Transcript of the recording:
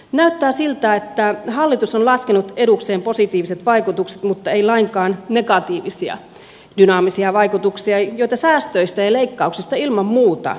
näyttää siltä että hallitus on laskenut edukseen positiiviset vaikutukset mutta ei lainkaan negatiivisia dynaamisia vaikutuksia joita säästöistä ja leikkauksista ilman muuta aiheutuu